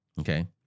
Okay